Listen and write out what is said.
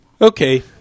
Okay